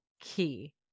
key